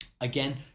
again